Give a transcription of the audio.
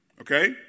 Okay